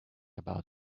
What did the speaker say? about